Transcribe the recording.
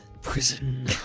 Prison